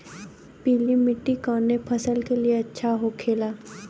पीला मिट्टी कोने फसल के लिए अच्छा होखे ला?